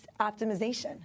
optimization